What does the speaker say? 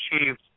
achieved